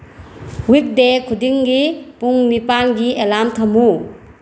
weekday ꯈꯨꯗꯤꯡꯒꯤ ꯄꯨꯡ ꯅꯤꯄꯥꯜꯒꯤ ꯑꯦꯂꯥꯝ ꯊꯝꯃꯨ